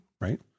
Right